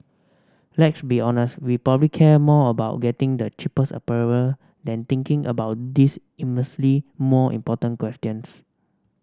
let's be honest we probably care more about getting the cheapest apparel than thinking about these immensely more important questions